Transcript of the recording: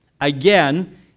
Again